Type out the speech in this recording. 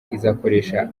izakoresha